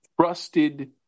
trusted